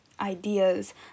ideas